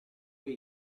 cui